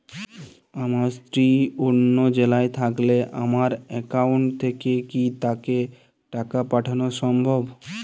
আমার স্ত্রী অন্য জেলায় থাকলে আমার অ্যাকাউন্ট থেকে কি তাকে টাকা পাঠানো সম্ভব?